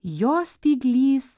jos spyglys